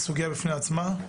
זו סוגיה בפני עצמה.